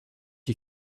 you